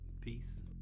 Peace